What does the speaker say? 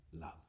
love